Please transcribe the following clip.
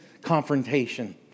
confrontation